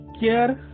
care